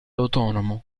autonomo